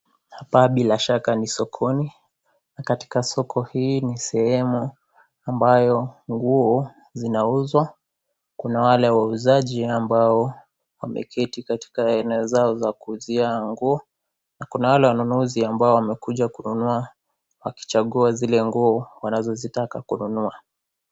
Hapa bila shaka ni sokoni na katika soko hii ni sehemu ambayo nguo zinauzwa, kuna wale wauzaji ambao wameketi katika eneo zao za kuuzia nguo na kuna wale wanunuzi ambao wamekuja kununua wakichagua zile nguo wanazozitaka kununua.